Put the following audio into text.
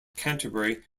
canterbury